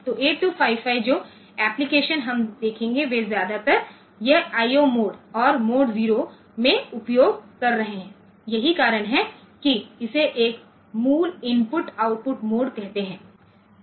तो 8255 जो एप्लिकेशन हम देखेंगे वे ज्यादातर यह I O मोड और मोड 0 में उपयोग कर रहे हैं यही कारण है कि इसे एक मूल इनपुट आउटपुट मोड कहते हैं